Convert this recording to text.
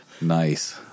Nice